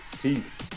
Peace